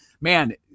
man